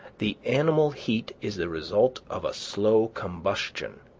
the animal heat is the result of a slow combustion,